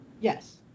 Yes